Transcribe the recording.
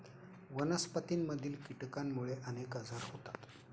वनस्पतींमधील कीटकांमुळे अनेक आजार होतात